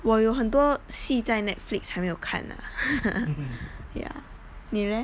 我有很多戏在 netflix 还没有看呢: mei you kan ne ya 你 leh